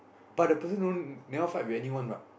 but the person don't never fight with anyone what